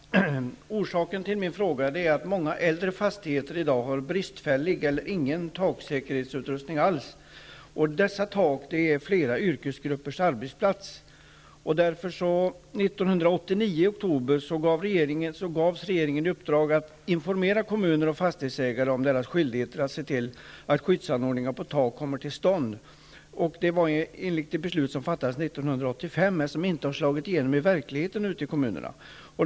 Herr talman! Orsaken till min fråga är att många äldre fastigheter i dag har bristfällig eller ingen taksäkerhetsutrustning alls. Dessa tak är flera yrkesgruppers arbetsplats. I oktober 1989 gavs regeringen i uppdrag att informera kommuner och fastighetsägare om deras skyldigheter att se till att skyddsanordningar på tak kommer till stånd enligt det beslut som fattades 1985 men som inte har slagit igenom i verkligheten ute i kommunerna.